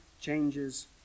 changes